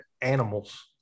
animals